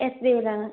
S B ഐയിൽ ആണ്